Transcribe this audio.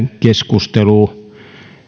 keskustelu